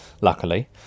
luckily